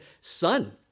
son